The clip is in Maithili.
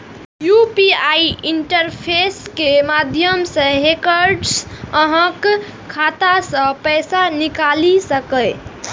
यू.पी.आई इंटरफेस के माध्यम सं हैकर्स अहांक खाता सं पैसा निकालि सकैए